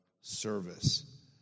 service